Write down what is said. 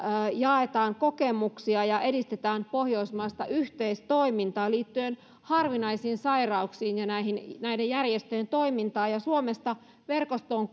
jaetaan kokemuksia ja edistetään pohjoismaista yhteistoimintaa liittyen harvinaisiin sairauksiin ja näiden järjestöjen toimintaan suomesta verkostoon